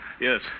Yes